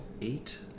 eight